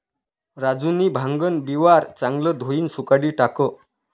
राजूनी भांगन बिवारं चांगलं धोयीन सुखाडी टाकं